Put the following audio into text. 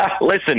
Listen